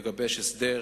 לגבש הסדר.